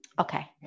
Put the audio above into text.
Okay